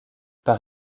par